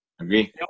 Agree